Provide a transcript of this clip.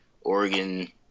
Oregon